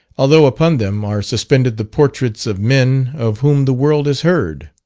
although upon them are suspended the portraits of men of whom the world has heard.